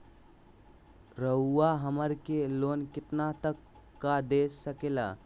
रउरा हमरा के लोन कितना तक का दे सकेला?